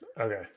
Okay